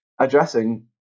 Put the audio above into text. addressing